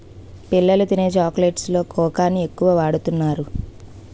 పిల్లలు తినే చాక్లెట్స్ లో కోకాని ఎక్కువ వాడుతున్నారు